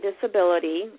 disability